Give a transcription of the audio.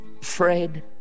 Fred